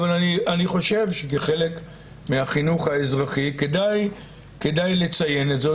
אבל אני חושב שכחלק מהחינוך האזרחי כדאי לציין את זאת.